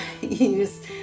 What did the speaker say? use